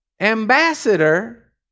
ambassador